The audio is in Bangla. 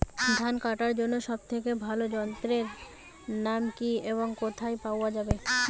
ধান কাটার জন্য সব থেকে ভালো যন্ত্রের নাম কি এবং কোথায় পাওয়া যাবে?